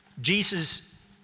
Jesus